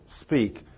speak